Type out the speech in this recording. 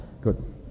Good